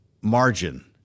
margin